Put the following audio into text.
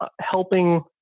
helping